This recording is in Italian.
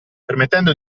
permettendo